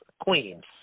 Queens